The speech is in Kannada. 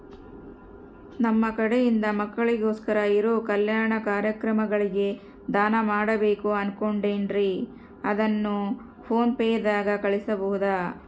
ನಮ್ಮ ಕಡೆಯಿಂದ ಮಕ್ಕಳಿಗೋಸ್ಕರ ಇರೋ ಕಲ್ಯಾಣ ಕಾರ್ಯಕ್ರಮಗಳಿಗೆ ದಾನ ಮಾಡಬೇಕು ಅನುಕೊಂಡಿನ್ರೇ ಅದನ್ನು ಪೋನ್ ಪೇ ದಾಗ ಕಳುಹಿಸಬಹುದಾ?